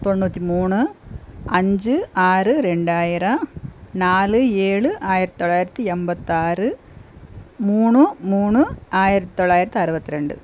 தொண்ணூற்றி மூனு அஞ்சு ஆறு ரெண்டாயிரம் நாலு ஏழு ஆயிரத்தி தொள்ளாயிரத்தி எண்பத்தாறு மூனு மூனு ஆயிரத்தி தொள்ளாயிரத்தி அறுபத்து ரெண்டு